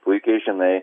puikiai žinai